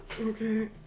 Okay